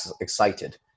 excited